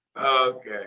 Okay